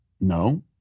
No